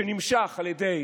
נמשך על ידי